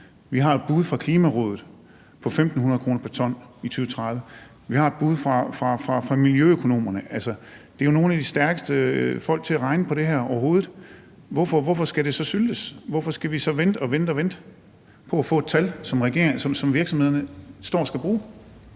Vi har et bud fra Klimarådet på 1.500 kr. pr. ton i 2030. Vi har et bud fra miljøøkonomerne. Det er jo nogle af de stærkeste folk til at regne på det her overhovedet. Hvorfor skal det så syltes, og hvorfor skal vi så vente og vente på at få et tal, som virksomhederne står og skal bruge?